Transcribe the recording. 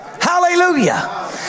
Hallelujah